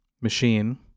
machine